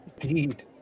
Indeed